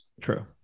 True